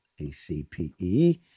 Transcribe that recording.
ACPE